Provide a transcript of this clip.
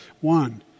One